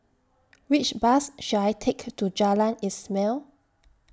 Which Bus should I Take to Jalan Ismail